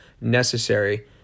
necessary